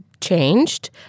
changed